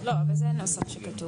לא, זה הנוסח שכתוב.